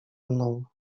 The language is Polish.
mną